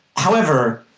however,